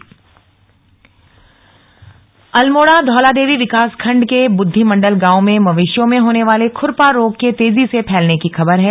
मवेशियों में रोग अल्मोड़ा धौलादेवी विकासखंड के बुद्धिमंडल गांव में मवेशियों में होने वाले खुरपा रोग के तेजी से फैलने की खबर है